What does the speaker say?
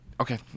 Okay